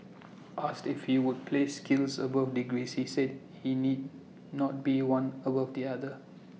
asked if he would place skills above degrees he said IT need not be one above the other